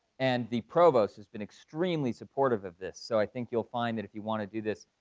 and the provost has been extremely supportive of this. so i think you'll find that if you wanna do this,